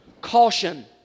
Caution